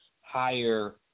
higher